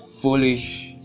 foolish